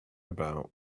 about